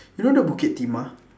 you know the bukit timah